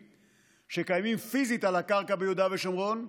שקיימים פיזית על הקרקע ביהודה ושומרון,